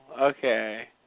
Okay